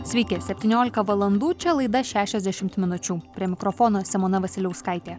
sveiki septyniolika valandų čia laida šešiasdešimt minučių prie mikrofono simona vasiliauskaitė